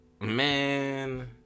man